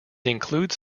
includes